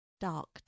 dark